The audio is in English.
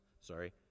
sorry